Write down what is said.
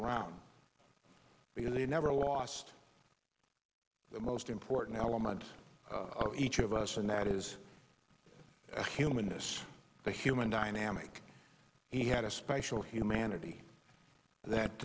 around because they never lost the most important element of each of us and that is the humanness the human dynamic he had a special humanity that